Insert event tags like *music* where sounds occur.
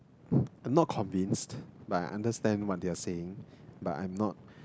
*breath* not convinced but understand what do you saying but I'm not